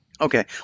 Okay